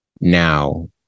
now